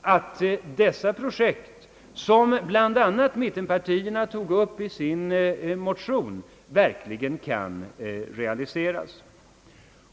att de projekt, om bland annat mittenpartierna tog upp i sin januarimotion, verkligen kan realiseras.